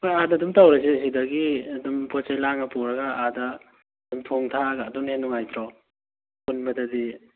ꯍꯣꯏ ꯑꯥꯗ ꯑꯗꯨꯝ ꯇꯧꯔꯁꯤ ꯁꯤꯗꯒꯤ ꯑꯗꯨꯝ ꯄꯣꯠ ꯆꯩ ꯂꯥꯡꯉꯒ ꯄꯨꯔꯒ ꯑꯥꯗ ꯑꯗꯨꯝ ꯊꯣꯡ ꯊꯥꯛꯑꯒ ꯑꯗꯨꯅ ꯍꯦꯟꯅ ꯅꯨꯡꯉꯥꯏꯇ꯭ꯔꯣ ꯄꯨꯟꯕꯗꯗꯤ